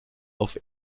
auf